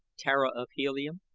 tara of helium,